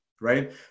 right